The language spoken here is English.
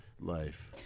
life